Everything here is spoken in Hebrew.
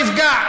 אבל שלא יפגע,